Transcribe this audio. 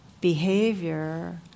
behavior